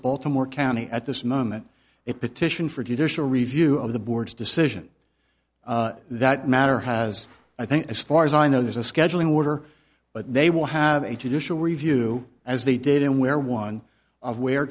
baltimore county at this moment it petition for judicial review of the board's decision that matter has i think as far as i know there's a scheduling order but they will have a judicial review as they did in where one of where